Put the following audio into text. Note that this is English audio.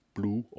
Blue